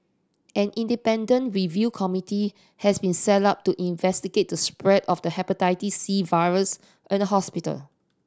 an independent review committee has been set up to investigate the spread of the Hepatitis C virus in the hospital